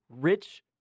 rich